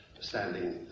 standing